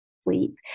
sleep